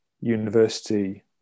university